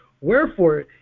Wherefore